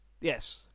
Yes